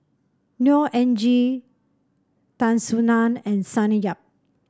Neo Anngee Tan Soo Nan and Sonny Yap